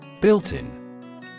Built-in